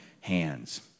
hands